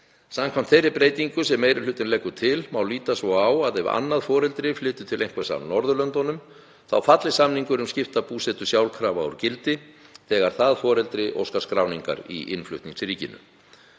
Samkvæmt þeirri breytingu sem meiri hlutinn leggur til má líta svo á að ef annað foreldri flytur til einhvers af Norðurlöndunum þá falli samningur um skipta búsetu sjálfkrafa úr gildi þegar það foreldri óskar skráningar í innflutningsríkinu.